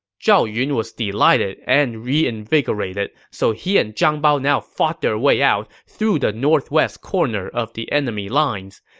zhao yun was delighted and reinvigorated, so he and zhang bao now fought their way out through the northwest corner of the enemy lines.